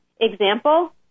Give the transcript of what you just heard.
example